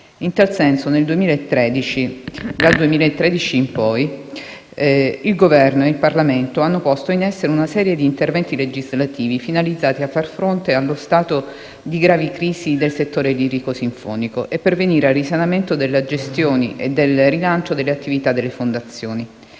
In tal senso, dal 2013 in poi, il Governo ed il Parlamento hanno posto in essere una serie di interventi legislativi finalizzati a far fronte allo stato di grave crisi del settore lirico-sinfonico e a pervenire al risanamento delle gestioni e al rilancio delle attività delle fondazioni.